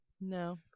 No